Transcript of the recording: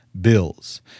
bills